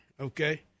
okay